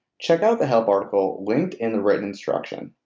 check out the help article linked in the written instructions.